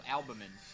Albumin